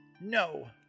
No